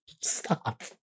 Stop